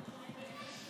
בעד,